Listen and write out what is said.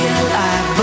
alive